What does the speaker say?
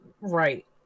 Right